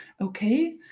Okay